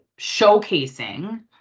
showcasing